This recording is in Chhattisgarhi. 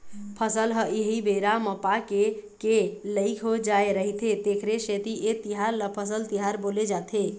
फसल ह एही बेरा म पाके के लइक हो जाय रहिथे तेखरे सेती ए तिहार ल फसल तिहार बोले जाथे